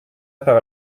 par